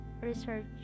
research